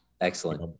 Excellent